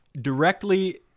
Directly